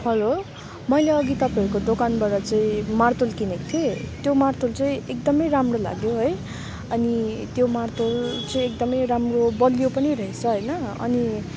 hello मैले अघि तपाईँहरूको दोकाबाट चाहिँ मार्तोल किनेको थिएँ त्यो मार्तोल चाहिँ एकदमै राम्रो लाग्यो है अनि त्यो मार्तोल चाहिँ एकदमै राम्रो बलियो पनि रहेछ होइन अनि